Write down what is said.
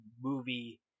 movie